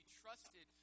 trusted